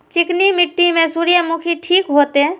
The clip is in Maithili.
चिकनी मिट्टी में सूर्यमुखी ठीक होते?